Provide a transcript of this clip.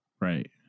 Right